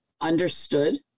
understood